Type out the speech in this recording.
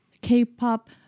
K-pop